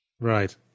Right